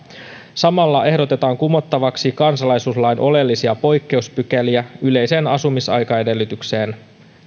samalla ehdotetaan kumottavaksi kansalaisuuslain oleellisia poikkeuspykäliä yleiseen asumisaikaedellytykseen